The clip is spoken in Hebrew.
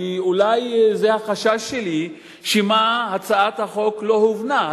אולי זה החשש שלי, שמא הצעת החוק לא הובנה.